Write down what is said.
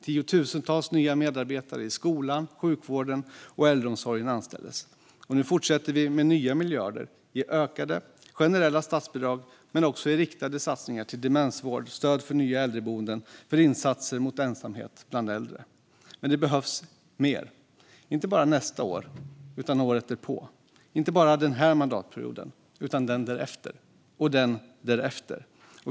Tiotusentals nya medarbetare i skolan, sjukvården och äldreomsorgen anställdes. Nu fortsätter vi med nya miljarder i ökade generella statsbidrag men också i riktade satsningar till demensvård, stöd för nya äldreboenden och insatser mot ensamhet bland äldre. Men det behövs mer - inte bara nästa år utan året därpå, inte bara den här mandatperioden utan den därefter och den därefter.